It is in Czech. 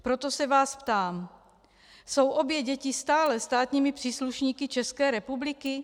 Proto se vás ptám: Jsou obě děti stále státními příslušníky České republiky?